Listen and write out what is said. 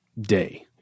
day